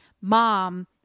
mom